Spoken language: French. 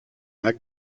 mike